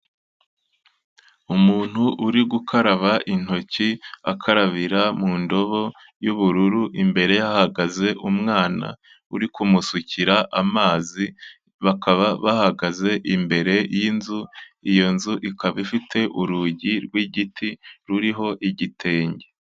Umuntu uri gukaraba intoki akarabira mu ndobo y'ubururu, imbere ye hahagaze umwana uri kumusukira amazi, bakaba bahagaze imbere y'inzu, iyo nzu ikaba ifite urugi rw'igiti ruriho igitenge.